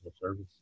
service